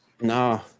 no